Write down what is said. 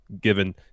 given